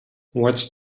what’s